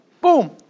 Boom